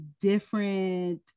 different